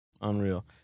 Unreal